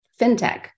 FinTech